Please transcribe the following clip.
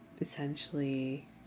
essentially